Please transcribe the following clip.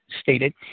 stated